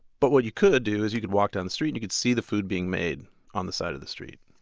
but what you could do is you could walk down the street and you could see the food being made on the side of the street,